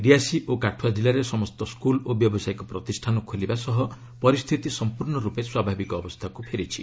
ରିଆସି ଓ କାଠୁଆ ଜିଲ୍ଲାରେ ସମସ୍ତ ସ୍କୁଲ୍ ଓ ବ୍ୟବସାୟିକ ପ୍ରତିଷ୍ଠାନ ଖୋଲିବା ସହ ପରିସ୍ଥିତି ସଂପୂର୍ଣ୍ଣ ରୂପେ ସ୍ୱାଭାବିକ ଅବସ୍ଥାକୁ ଫେରିଛି